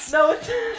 no